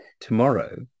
tomorrow